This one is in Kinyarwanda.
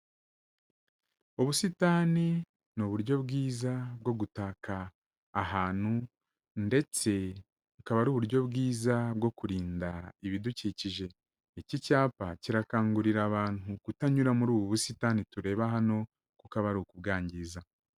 Ubusitani ni uburyo bwiza bwo gutaka ahantu ndetse bukaba ari uburyo bwiza bwo kurinda ibidukikije, iki cyapa kirakangurira abantu kutanyura muri ubu busitani tureba hano kuko aba ari ukubwangiza.